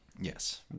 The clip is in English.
Yes